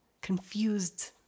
confused